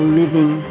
living